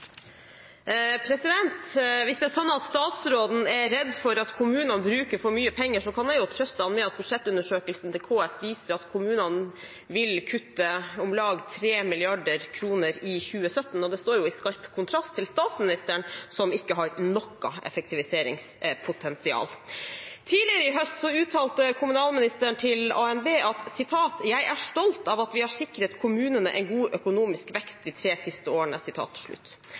redd for at kommunene bruker for mye penger, kan jeg trøste ham med at budsjettundersøkelsen til KS viser at kommunene vil kutte om lag 3 mrd. kr i 2017. Det står i skarp kontrast til Statsministerens kontor, som ikke har noe effektiviseringspotensial. Tidligere i høst uttalte kommunalministeren til Avisenes Nyhetsbyrå: «Jeg er stolt av at vi har sikret kommunene en god økonomisk vekst de tre siste årene.»